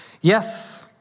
Yes